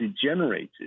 degenerated